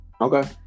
Okay